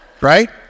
right